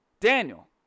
Daniel